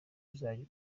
uzajya